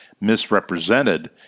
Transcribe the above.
misrepresented